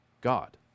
god